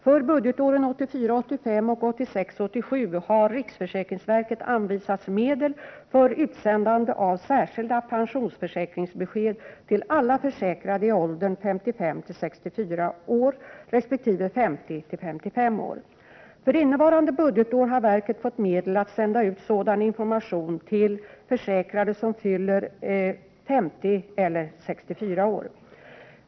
För budgetåren 1984 87 har riksförsäkringsverket anvisats medel för utsändande av särskilda pensionsförsäkringsbesked till alla försäkrade i åldern 55—64 år resp. 50—55 år. För innevarande budgetår har verket fått medel för att sända ut sådan information till försäkrade som fyller 50 eller 64 år.